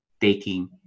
taking